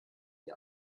die